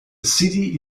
city